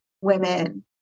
women